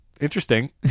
interesting